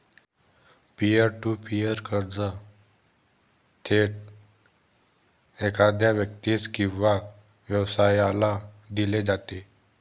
pier to peer कर्ज थेट एखाद्या व्यक्तीस किंवा व्यवसायाला दिले जाते